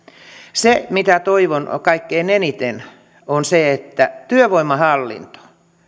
se mitä toivon kaikkein eniten on se että työvoimahallinto